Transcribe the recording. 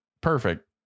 perfect